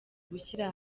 gushyira